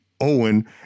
Owen